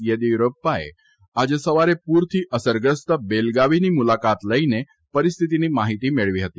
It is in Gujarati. યેદીયુરપ્પાએ આજે સવારે પૂરથી અસરગ્રસ્ત બેલગાવીની મુલાકાત લઇને પરિસ્થિતિની માહિતી મેળવી હતી